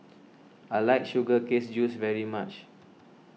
I like sugar canes juice very much